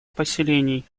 поселений